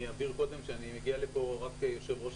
אני אבהיר קודם שאני מגיע לפה רק כיושב-ראש